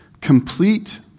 complete